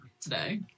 today